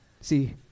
See